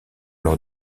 leur